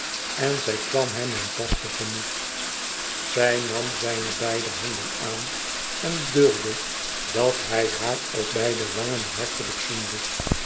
en zij kwam hem een pas tegemoet zij nam zijne beide handen aan en duldde dat hij haar op beide wangen hartelijk zoende